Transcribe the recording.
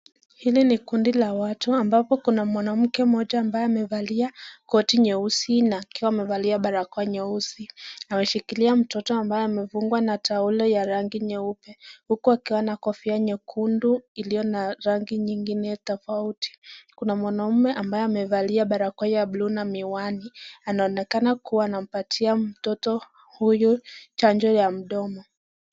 Hili ni kundi la watu ambapo kuna mwanamke mmoja ambaye amevalia koti nyeusi na akiwa amevalia barakoa nyeusi ameshikilia mtoto ambaye amefungwa na taulo ya rangi nyeupe huku akiwa na kofia nyekundu iliyo na rangi nyingine tofauti. Kuna mwanaume ambaye amevalia barakoa ya buluu na miwani anaonekana kuwa anampatia mtoto huyu chanjo ya mdomo.